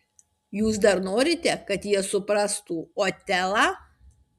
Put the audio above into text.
jūs dar norite kad jie suprastų otelą